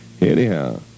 Anyhow